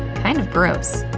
kind of gross.